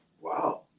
Wow